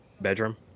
bedroom